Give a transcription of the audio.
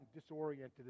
disoriented